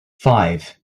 five